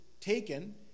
taken